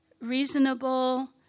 reasonable